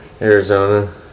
arizona